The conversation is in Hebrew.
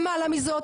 למעלה מזאת,